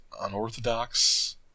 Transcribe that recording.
unorthodox